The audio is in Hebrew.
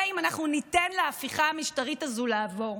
אם אנחנו ניתן להפיכה המשטרית הזו לעבור.